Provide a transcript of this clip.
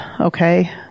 okay